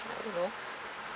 I don't know